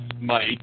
Mike